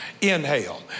Inhale